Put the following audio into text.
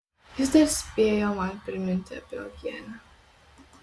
jis dar spėjo man priminti apie uogienę